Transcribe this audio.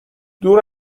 دور